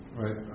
right